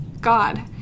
God